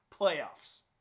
playoffs